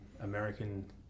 American